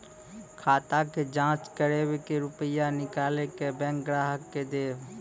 खाता के जाँच करेब के रुपिया निकैलक करऽ बैंक ग्राहक के देब?